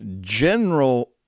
general